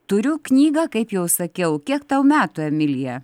turiu knygą kaip jau sakiau kiek tau metų emilija